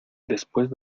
después